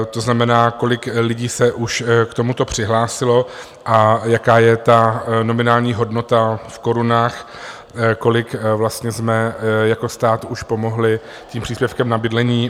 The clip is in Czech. To znamená, kolik lidí se už k tomuto přihlásilo a jaká je ta nominální hodnota v korunách, kolika rodinám jsme vlastně jako stát už pomohli tím příspěvkem na bydlení.